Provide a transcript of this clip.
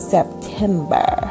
September